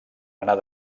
anar